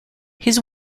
his